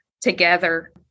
together